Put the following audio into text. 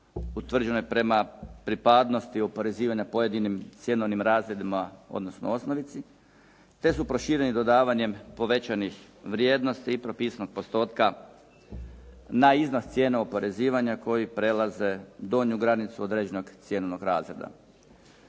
utvrđenoj prema pripadnosti oporezivanja pojedinim …/Govornik se ne razumije./… odnosno osnovici, te su prošireni dodavanjem povećanih vrijednosti i propisanog postotka na iznos cijene oporezivanja koji prelaze donju granicu određenog cjenovnog razreda.